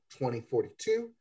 2042